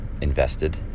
invested